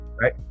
right